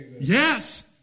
Yes